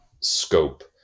scope